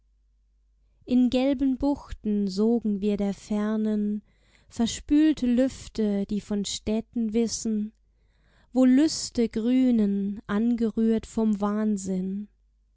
in gelben buchten sogen wir der fernen verspühlte lüfte die von städten wissen wo lüste grünen angerührt vom wahnsinn